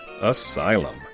asylum